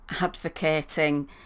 advocating